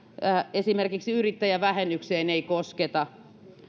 esimerkiksi yrittäjävähennykseen ei kosketa